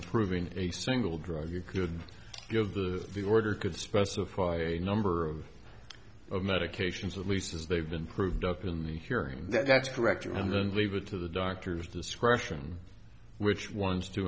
of proving a single drug you could give the the order could specify a number of medications at least as they've been proved up in the hearing that's correct and then leave it to the doctor's discretion which ones